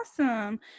awesome